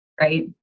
Right